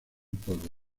polvo